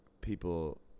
people